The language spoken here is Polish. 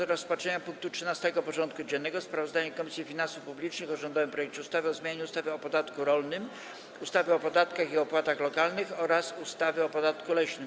Powracamy do rozpatrzenia punktu 13. porządku dziennego: Sprawozdanie Komisji Finansów Publicznych o rządowym projekcie ustawy o zmianie ustawy o podatku rolnym, ustawy o podatkach i opłatach lokalnych oraz ustawy o podatku leśnym.